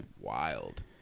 wild